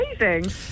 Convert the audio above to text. amazing